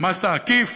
המס העקיף,